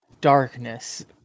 darkness